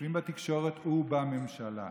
שיושבים בתקשורת ובממשלה.